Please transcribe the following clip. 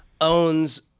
owns